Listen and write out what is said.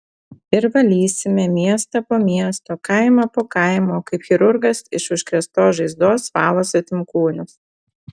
ir valysime miestą po miesto kaimą po kaimo kaip chirurgas iš užkrėstos žaizdos valo svetimkūnius